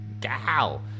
Gal